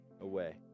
away